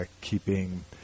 keeping